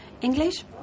English